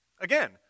Again